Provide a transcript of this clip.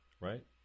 right